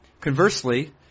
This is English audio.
conversely